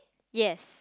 yes